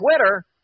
Twitter